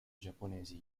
giapponesi